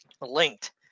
linked